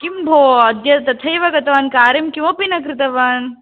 किं भो अद्य तथैव गतवान् कार्यं किमपि न कृतवान्